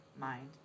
mind